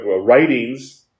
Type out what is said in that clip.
writings